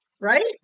right